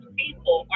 people